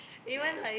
yeah